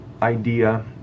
idea